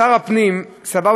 שר הפנים סבר,